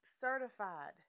certified